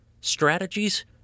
strategies